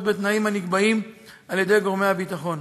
בתנאים הנקבעים על-ידי גורמי הביטחון.